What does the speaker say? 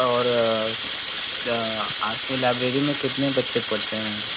और तो आपके लाइब्रेरी में कितने बच्चे पढ़ते हैं